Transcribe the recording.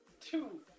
Two